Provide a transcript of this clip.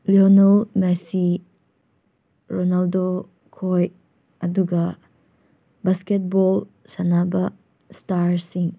Lionel Messi ꯔꯣꯅꯥꯜꯗꯣꯈꯣꯏ ꯑꯗꯨꯒ basketball ꯁꯥꯟꯅꯕ ꯏꯁꯇꯥꯔꯁꯤꯡ